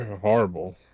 horrible